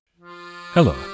Hello